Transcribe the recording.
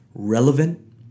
Relevant